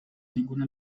ninguna